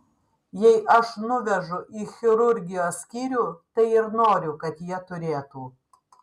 jei aš nuvežu į chirurgijos skyrių tai ir noriu kad jie turėtų